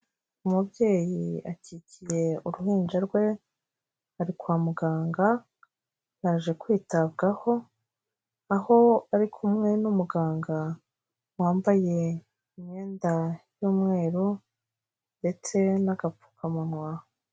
Umubyeyi akikiye uruhinja rwe, ari rwa muganga, yaje kwitabwaho, aho ari kumwe n'umuganga wambaye imyenda y'umweru ndetse n'agapfukamunwa.